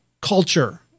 culture